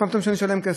כבר הכול מותר.